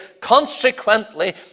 Consequently